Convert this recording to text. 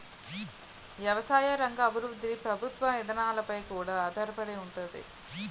ఎవసాయ రంగ అభివృద్ధి ప్రభుత్వ ఇదానాలపై కూడా ఆధారపడి ఉంతాది